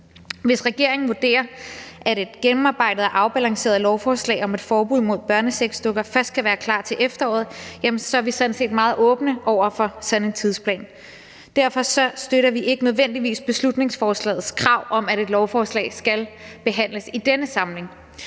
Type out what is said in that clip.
Hvis regeringen vurderer, at et gennemarbejdet og afbalanceret lovforslag om et forbud mod børnesexdukker først kan være klar til efteråret, så er vi sådan set meget åbne over for sådan en tidsplan. Derfor støtter vi ikke nødvendigvis beslutningsforslagets krav om, at et lovforslag skal behandles i denne samling,